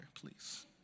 please